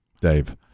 Dave